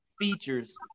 features